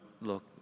look